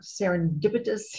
serendipitous